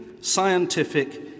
scientific